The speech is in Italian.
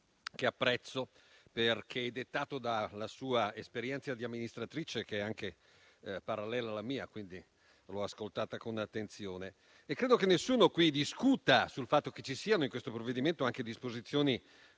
che apprezzo perché dettato dalla sua esperienza di amministratrice, che è anche parallela alla mia, quindi l'ho ascoltata con attenzione. Credo che nessuno qui discuta sul fatto che ci siano in questo provvedimento anche disposizioni